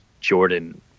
Jordan